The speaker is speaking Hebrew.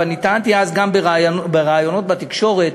ואני טענתי אז גם בראיונות בתקשורת,